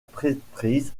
prêtrise